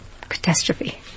catastrophe